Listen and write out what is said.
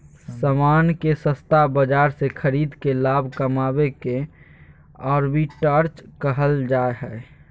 सामान के सस्ता बाजार से खरीद के लाभ कमावे के आर्बिट्राज कहल जा हय